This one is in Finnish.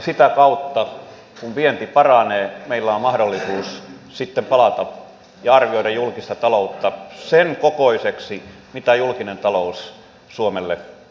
sitä kautta kun vienti paranee meillä on mahdollisuus sitten palata tähän ja arvioida julkinen talous sellaiseksi minkä kokoinen julkinen talous suomella voi olla